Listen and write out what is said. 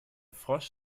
frosch